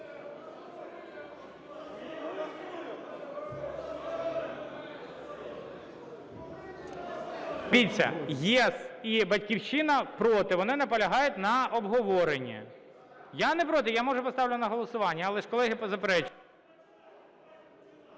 "ЄС" і "Батьківщина" проти, вони наполягають на обговоренні. Я не проти, я можу поставити на голосування, але ж колеги заперечують.